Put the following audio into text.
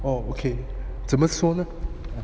orh okay 怎么说呢